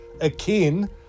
akin